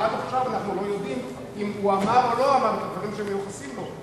ועד עכשיו אנחנו לא יודעים אם הוא אמר או לא אמר את הדברים שמיוחסים לו,